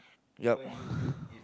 yup